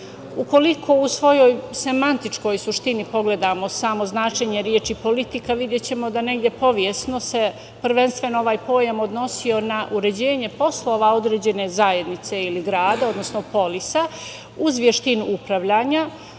Ukoliko u svojoj semantičkoj suštini pogledamo samo značenje reči politika, videćemo da negde istorijski se prvenstveno ovaj pojam odnosio na uređenje poslova određene zajednice ili grada, odnosno polica uz veštinu upravljanja,